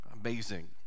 Amazing